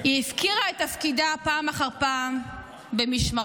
היא הפקירה את תפקידה פעם אחר פעם במשמרתה: